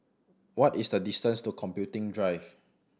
what is the distance to Computing Drive